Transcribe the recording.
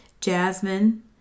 jasmine